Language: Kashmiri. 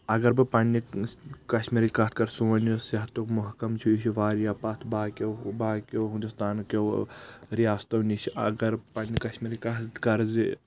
اگر بہٕ پننہِ کشمیٖرٕچ کتھ کرٕ سون یُس صحتُک محکُم چھُ یہِ چھُ واریاہ پتھ باقٕیو باقٕیو ہنٛدوستان کٮ۪و ریاستو نِش اگر بہٕ پننہِ کشمیٖرٕچ کتھ کرٕ زِ